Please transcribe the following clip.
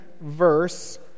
verse